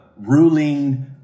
ruling